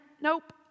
nope